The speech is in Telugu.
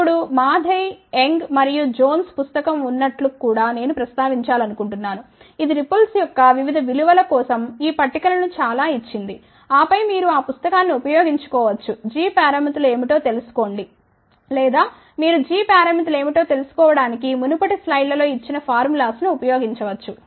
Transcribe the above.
ఇప్పుడు మాథేయి యంగ్ మరియు జోన్స్ పుస్తకం ఉన్నట్లు కూడా నేను ప్రస్తావించాలనుకుంటున్నాను ఇది రిపుల్స్ యొక్క వివిధ విలువల కోసం ఈ పట్టిక లను చాలా ఇచ్చింది ఆపై మీరు ఆ పుస్తకాన్ని ఉపయోగించుకోవచ్చు g పారామితులు ఏమిటో తెలుసుకోండి లేదా మీరు g పారామితులు ఏమిటో తెలుసుకోవడానికి మునుపటి స్లైడ్లలో ఇచ్చిన ఫార్ములాస్ ను ఉపయోగించవచ్చు